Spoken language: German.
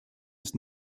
ist